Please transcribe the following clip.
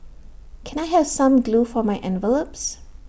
can I have some glue for my envelopes